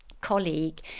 colleague